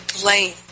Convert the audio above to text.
blame